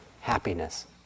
happiness